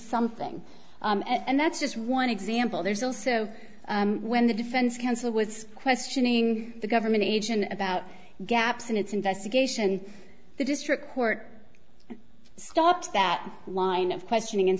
something and that's just one example there's also when the defense counsel was questioning the government agent about gaps in its investigation the district court stopped that line of questioning and